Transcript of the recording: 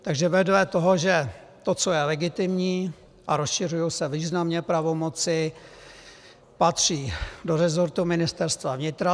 Takže vedle toho, že to, co je legitimní, a rozšiřují se významně pravomoci, patří do resortu Ministerstva vnitra.